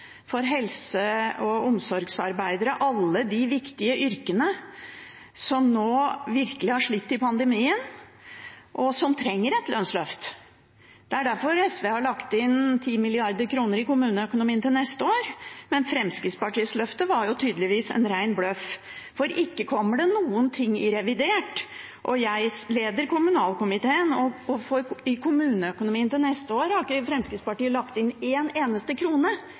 for helse- og omsorgsarbeidere – alle de viktige yrkene som virkelig har slitt under pandemien, og som trenger et lønnsløft. Det er derfor SV har lagt inn 10 mrd. kr til kommuneøkonomien til neste år. Men Fremskrittspartiets løfte var tydeligvis en ren bløff, for ikke kommer det noen ting i revidert. Jeg leder kommunalkomiteen, og i kommuneøkonomien til neste år har ikke Fremskrittspartiet lagt inn én eneste krone.